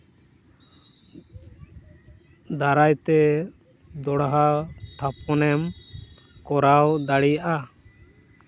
ᱫᱟᱨᱟᱭᱛᱮ ᱫᱚᱲᱦᱟ ᱛᱷᱟᱯᱚᱱᱮᱢ ᱠᱚᱨᱟᱣ ᱫᱟᱲᱮᱭᱟᱜᱼᱟ